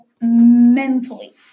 mentally